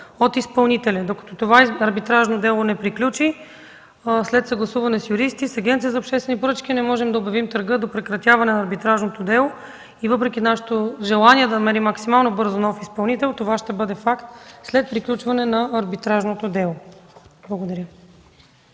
от изпълнителя. Докато това арбитражно дело не приключи – след съгласуване с юристи и с Агенцията за обществени поръчки – не можем да обявим търга до прекратяване на арбитражното дело. Въпреки нашето желание да намерим максимално бързо нов изпълнител, това ще бъде факт след приключване на арбитражното дело. Благодаря.